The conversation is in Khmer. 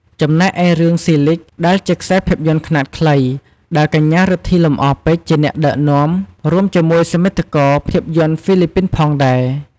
ចំណែកឯរឿង ស៊ីលីគ (Silig) ដែលជាខ្សែភាពយន្តខ្នាតខ្លីដែល កញ្ញា រិទ្ធី លំអរពេជ្រ ជាអ្នកដឹកនាំ រួមជាមួយសមិទ្ធិករភាពយន្តហ្វីលីពីនផងដែរ។